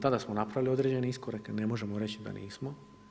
Tada smo napravili određeni iskorak, ne možemo reći da nismo.